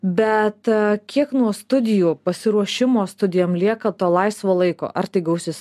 bet kiek nuo studijų pasiruošimo studijom lieka to laisvo laiko ar tai gausis